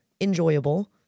enjoyable